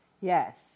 Yes